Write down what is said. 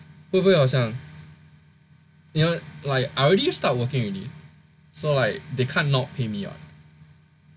会不会好像 you know like I already start working already so like they can't not pay me [what] right